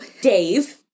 Dave